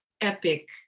epic